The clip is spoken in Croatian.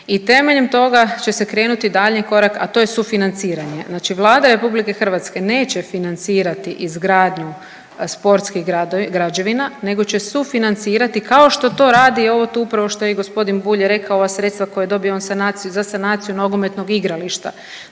i temeljem toga će se krenuti u daljnji korak, a to je sufinanciranje. Znači Vlada RH neće financirati izgradnju sportskih građevina nego će sufinancirati kao što to radi ovo tu upravo što je i g. Bulj rekao ova sredstva koja je dobio on za sanaciju nogometnog igrališta,